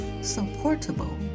Supportable